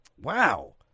Wow